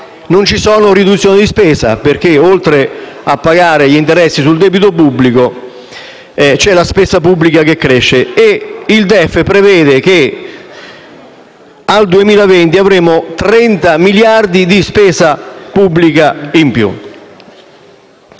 non ci sono riduzioni di spesa perché oltre a pagare gli interessi sul debito pubblico, c'è la spesa pubblica che cresce. Infatti, il DEF prevede che nel 2020 avremo 30 miliardi di spesa pubblica in più.